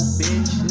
bitch